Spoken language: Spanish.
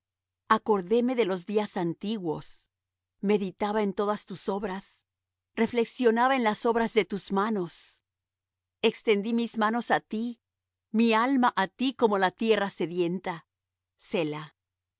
acordéme de los días antiguos meditaba en todas tus obras reflexionaba en las obras de tus manos extendí mis manos á ti mi alma á ti como la tierra sedienta